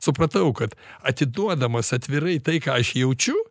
supratau kad atiduodamas atvirai tai ką aš jaučiu